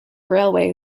railway